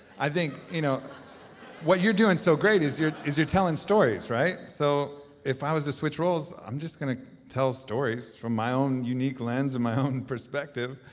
i think, you know what you're doing so great is you're is you're telling stories, right? so if i was to switch roles, i'm just gonna tell stories from my own unique lens and my own and perspective.